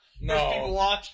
No